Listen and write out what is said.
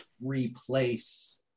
replace